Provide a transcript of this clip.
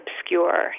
obscure